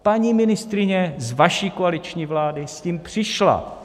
Paní ministryně z vaší koaliční vlády s tím přišla.